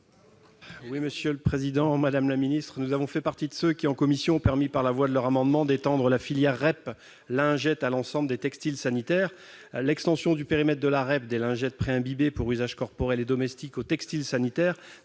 parole est à M. Frédéric Marchand. Nous avons fait partie de ceux qui, en commission, ont permis, par la voie de leur amendement, d'étendre la filière REP lingettes à l'ensemble des textiles sanitaires. L'extension du périmètre de la REP des lingettes pré-imbibées pour usage corporel et domestique aux textiles sanitaires